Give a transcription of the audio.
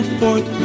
forth